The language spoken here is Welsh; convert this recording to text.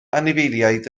anifeiliaid